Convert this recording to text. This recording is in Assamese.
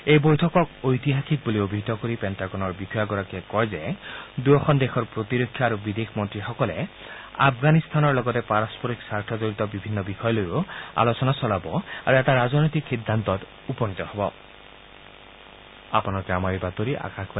এই বৈঠকক ঐতিহাসিক বুলি অভিহিত কৰি পেণ্টাগনৰ বিষয়াগৰাকীয়ে কয় যে দুয়োখন দেশৰ প্ৰতিৰক্ষা আৰু বিদেশ মন্ত্ৰীসকলে আফগানিস্তানৰ লগতে পাৰস্পৰিক স্বাৰ্থজড়িত বিভিন্ন বিষয় লৈও আলোচনা চলাব আৰু এটা ৰাজনৈতিক সিদ্ধান্তত উপনীত হব